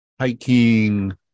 hiking